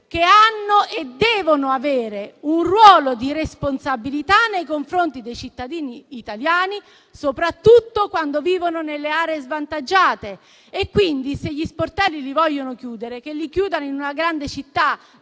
che hanno e devono avere un ruolo di responsabilità nei confronti dei cittadini italiani, soprattutto quando vivono nelle aree svantaggiate e quindi, se gli sportelli li vogliono chiudere, che li chiudano in una grande città,